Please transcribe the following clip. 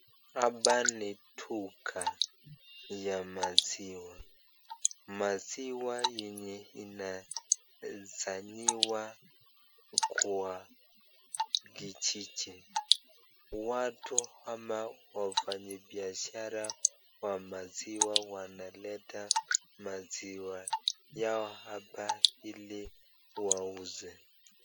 Hapa ni duka ya maziwa. Maziwa yenye inaeza nywiwa kwa kijiji. Watu ama wafanyabiashara wa maziwa wanaleta maziwa yao hapa ili wauze.